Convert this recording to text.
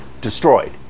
destroyed